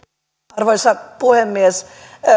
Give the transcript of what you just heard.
arvoisa puhemies